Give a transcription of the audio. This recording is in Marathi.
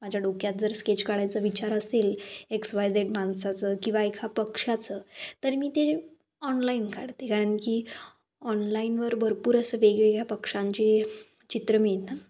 माझ्या डोक्यात जर स्केच काढायचं विचार असेल एक्स वाय झेड माणसाचं किंवा एका पक्षाचं तर मी ते ऑनलाईन काढते कारण की ऑनलाईनवर भरपूर असं वेगवेगळ्या पक्षांचे चित्र मिळतं